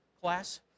class